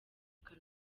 inka